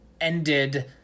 ended